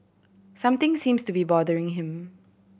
something seems to be bothering him